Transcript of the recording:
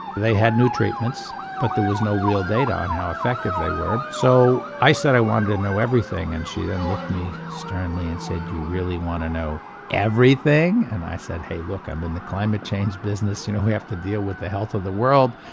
they had new treatments but there was no real data on how effective they were. so i said i wanted to know everything and she then looked at me sternly and said, you really want to know everything? and i said hey look, i'm in the climate change business you know, we have to deal with the health of the world,